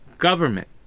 government